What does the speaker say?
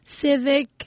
civic